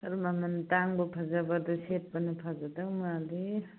ꯑꯗꯨ ꯃꯃꯜ ꯑꯇꯥꯡꯕ ꯐꯖꯕꯗꯨ ꯁꯦꯠꯄꯗꯨꯅ ꯐꯖꯗꯧꯕ ꯃꯥꯜꯂꯤ